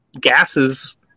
gases